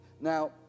Now